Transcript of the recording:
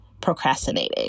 procrastinating